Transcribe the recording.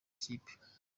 ikipe